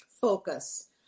focus